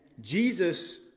Jesus